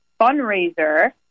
fundraiser